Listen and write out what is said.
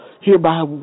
Hereby